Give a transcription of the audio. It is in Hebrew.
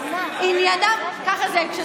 שרה במשרד ראש הממשלה מאי גולן: ככה זה כשצודקים.